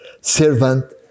servant